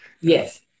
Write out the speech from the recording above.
Yes